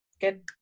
good